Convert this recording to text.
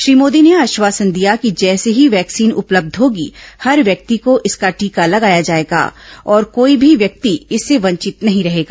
श्री मोदी ने आश्वासन दिया कि जैसे ही वैक्सीन उपलब्य होगी हर व्यक्ति को इसका टीका लगाया जायेगा और कोई भी व्यक्ति इससे वंचित नहीं रहेगा